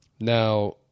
Now